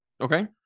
Okay